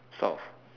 south